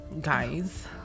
Guys